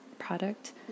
product